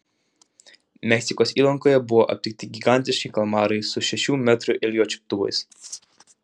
meksikos įlankoje buvo aptikti gigantiški kalmarai su šešių metrų ilgio čiuptuvais